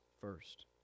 first